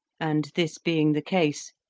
and, this being the case,